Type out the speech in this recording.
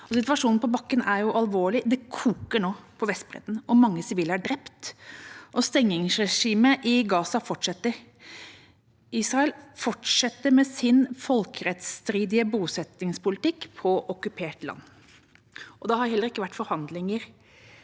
Situasjonen på bakken er alvorlig. Det koker nå på Vestbredden, og mange sivile er drept. Stengingsregimet i Gaza fortsetter. Israel fortsetter med sin folkerettsstridige bosettingspolitikk på okkupert land. Det har heller ikke vært reelle